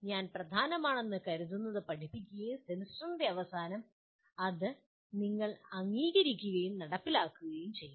ഞാൻ പ്രധാനമെന്ന് കരുതുന്നത് പഠിപ്പിക്കുകയും സെമസ്റ്ററിന്റെ അവസാനം അത് നിങ്ങൾ അംഗീകരിക്കുകയും നടപ്പിലാക്കുകയും ചെയ്യണം